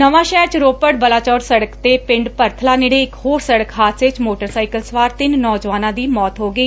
ਨਵਾਂ ਸ਼ਹਿਰ ਚ ਰੋਪੜ ਬਲਾਚੌਰ ਸੜਕ ਤੇ ਪਿੰਡ ਭਰਬਲਾ ਨੇੜੇ ਇਕ ਹੋਰ ਸੜਕ ਹਾਦਸੇ ਚ ਮੋਟਰਸਾਈਕਲ ਸਵਾਰ ਤਿੰਨ ਨੌਜਵਾਨਾਂ ਦੀ ਮੌਤ ਹੋ ਗਈ